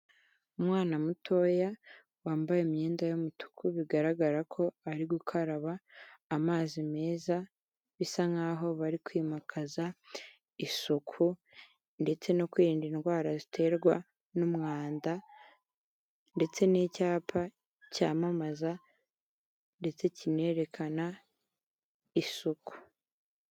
Umwana mutoya wambaye imyenda y’umutuku bigaragara ko ari gukaraba amazi meza bisa nkaho bari kwimakaza isuku ndetse no kwirinda indwara ziterwa n'umwanda ndetse n'icyapa cyamamaza ndetse kinerekana isuku.